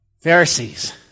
Pharisees